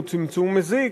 הוא צמצום מזיק,